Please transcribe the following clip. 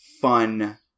fun